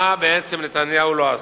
מה בעצם נתניהו לא עשה?